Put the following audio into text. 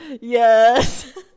Yes